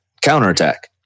counterattack